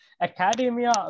academia